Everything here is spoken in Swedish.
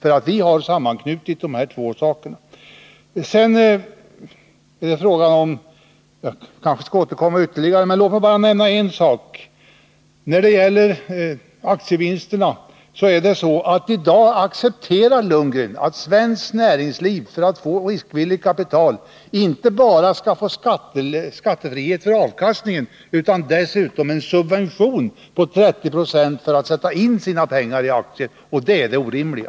Vi har nämligen sammanknutit dessa två reformer. Låt mig nämna ytterligare en sak. När det gäller aktievinsterna accepterar Bo Lundgren i dag att svenskt näringsliv för att få riskvilligt kapital inte bara skall få skattefrihet för avkastningen utan dessutom en subvention på 30 9o för att sätta in sina pengar i aktier. Det är detta som är orimligt.